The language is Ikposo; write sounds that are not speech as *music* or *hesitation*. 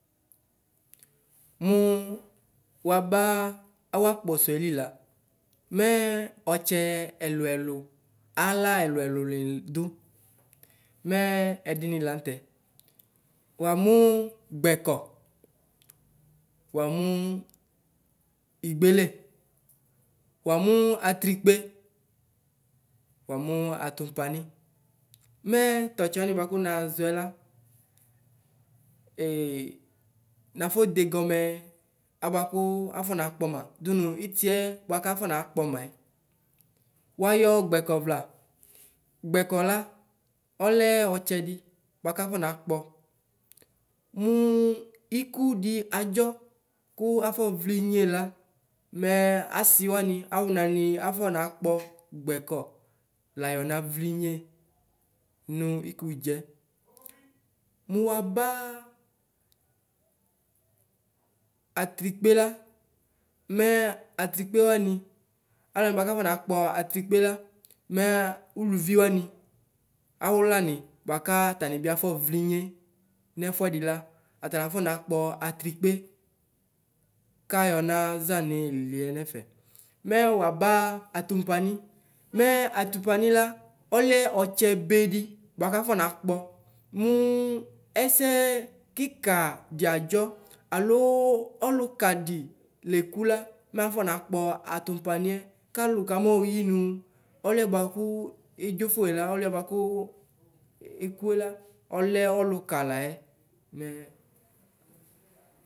Mʋ waba awʋ akpɔsɔɛ lɩla mɛ ɔtsɛ ɛlʋ ɛlʋ ala ɛlʋ ɛlʋ nɩdʋ mɛ ɛdɩnɩ lanʋ tɛɛ wamʋ gbɛkɔ wamʋ ɩgbele wamʋ atrɩkpe wamʋ atʋpanɩ mɛ tɔtsɛ wanɩ bʋakʋ naʒɔɛ la *hesitation* nɩyafɔ degɔmɛ abʋakʋ afɔna kpɔma dʋnʋ ɩtɩɛ bʋakʋ afɔ nakpɔma wayɔ gbɛkɔ vla gbɛkɔ la ɔlɛ ɔtsɛ dɩ bʋakafɔ nakpɔ mʋ ɩkʋ dɩ adʒɔ kʋ afɔ vlinye la mɛ asɩ wanɩ awʋ nanɩ afɔ nakpɔ gbɛkɔ layɔ navlinye nʋ ɩkʋdʒɛ mʋ waba atrɩkpe la mɛ atrɩkpe wanɩ alʋ wanɩ bʋakʋ akɔ nakpɔ atrɩkpe la mɛ ʋlʋvɩ wanɩ awʋlanɩ bʋaka atanɩ bɩ afɔvlinye nɛfʋɛdɩ la atanɩ lafɔ nakpɔ atrɩkpe kayɔ naʒa niliɛ nɛfɛ mɛ waba atʋpanɩ mɛ ataʋpanɩ la ɔlɛ ɔtsɛbe dɩ bʋakafɔ nakpɔ mʋ ɛsɛ kika dɩ adʒɔ alo ɔlʋka dɩ lekʋ la mafɔ nakpɔ atʋpanɩɛ kalʋ kamayɔyɩ nʋ ɔlʋɛ bʋakʋ edʒofue la ɔlʋɛ bʋakʋ ekuela ɔlɛ ʋlʋka lɛ mɛ.